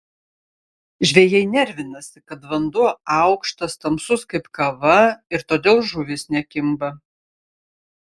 žvejai nervinasi kad vanduo aukštas tamsus kaip kava ir todėl žuvys nekimba